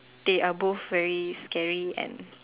they are both very scary and